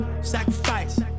sacrifice